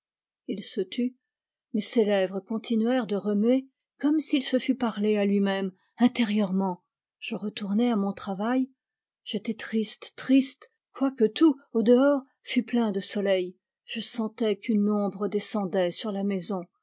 il se tut mais ses lèvres continuèrent de remuer comme s'il se fût parlé à lui-même intérieurement je retournai à mon travail j'étais triste triste quoique tout au dehors fût plein de soleil je sentais qu'une ombre descendait sur la maison